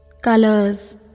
colors